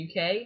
UK